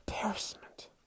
embarrassment